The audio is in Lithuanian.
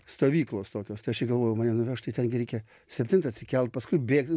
stovyklos tokios tai aš ir galvojau mane nuveš tai ten gi reikia septintą atsikelt paskui bėgt